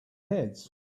heads